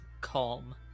calm